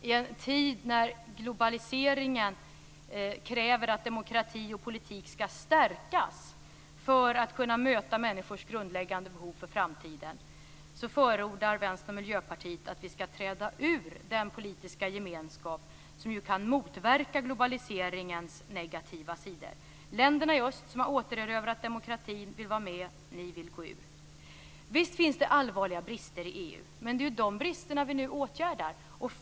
I en tid när globaliseringen kräver att demokrati och politik skall stärkas för att kunna möta människors grundläggande behov för framtiden förordar Vänstern och Miljöpartiet att vi skall träda ur den politiska gemenskap som ju kan motverka globaliseringens negativa sidor. Länderna i öst, som har återerövrat demokratin, vill vara med - ni vill gå ur. Visst finns det allvarliga brister i EU, men det är ju de bristerna vi nu åtgärdar.